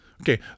Okay